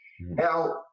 Now